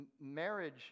marriage